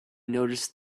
noticed